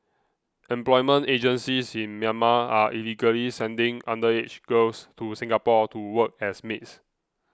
employment agencies in Myanmar are illegally sending underage girls to Singapore to work as maids